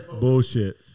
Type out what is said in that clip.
Bullshit